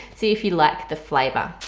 see if you like the flavor.